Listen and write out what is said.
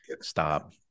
stop